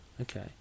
Okay